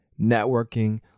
networking